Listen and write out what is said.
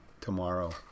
tomorrow